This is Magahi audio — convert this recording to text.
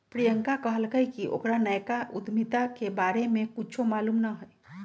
प्रियंका कहलकई कि ओकरा नयका उधमिता के बारे में कुछो मालूम न हई